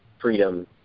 freedom